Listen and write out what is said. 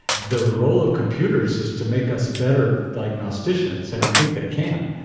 the role of computers is to make us better diagnosticians, and i think they can.